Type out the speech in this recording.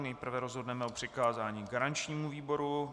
Nejprve rozhodneme o přikázání garančnímu výboru.